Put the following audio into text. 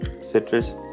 Citrus